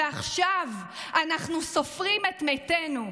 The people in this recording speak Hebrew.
ועכשיו אנחנו סופרים את מתינו.